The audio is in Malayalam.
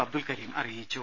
അബ്ദുൽ കരീം അറിയിച്ചു